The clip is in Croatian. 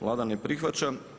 Vlada ne prihvaća.